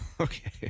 Okay